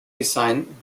design